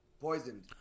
poisoned